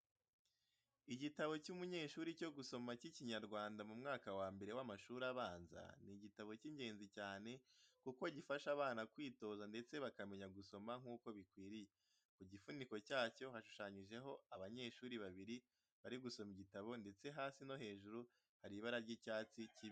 Igitabo cy'umunyeshuri cyo gusoma cy'Ikinyarwanda mu mwaka wa mbere w'amashuri abanza, ni igitabo cy'ingenzi cyane kuko gifasha abana kwitoza ndetse bakamenya gusoma nk'uko bikwiriye. Ku gifuniko cyacyo hashushanyijeho abanyeshuri babiri bari gusoma igitabo ndetse hasi no hejuru hari ibara ry'icyatsi kibisi.